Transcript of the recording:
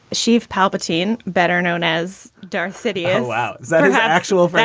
she's palpatine, better known as darth city. wow. that is actual